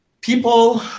people